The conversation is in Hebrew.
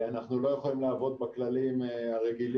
אנחנו לא יכולים לעבוד בכללים הרגילים.